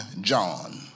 John